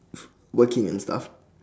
working and stuff